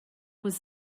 was